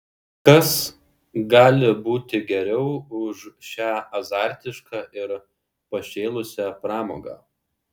kas gali būti geriau už šią azartišką ir pašėlusią pramogą